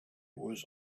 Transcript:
was